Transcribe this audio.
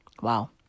Wow